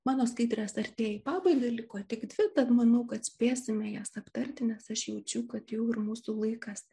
mano skaidrės artėja į pabaigą liko tik dvi tad manau kad spėsime jas aptarti nes aš jaučiu kad jau mūsų laikas